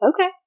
okay